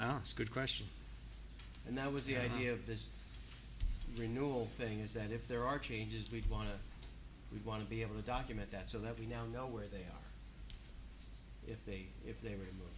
it's good question and that was the idea of this renewal thing is that if there are changes we'd want to we want to be able to document that so that we now know where they are if they if they